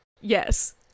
Yes